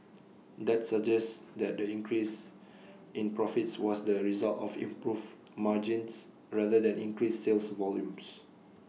that suggests that the increase in profits was the result of improved margins rather than increased sales volumes